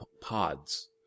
pods